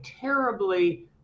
terribly